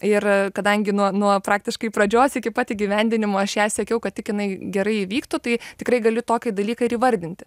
ir kadangi nuo nuo praktiškai pradžios iki pat įgyvendinimo aš ją sekiau kad tik jinai gerai įvyktų tai tikrai gali tokį dalyką ir įvardinti